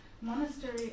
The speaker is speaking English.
Monastery